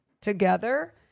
together